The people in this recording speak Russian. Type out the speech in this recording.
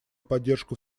поддержку